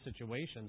situations